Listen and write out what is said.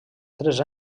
tres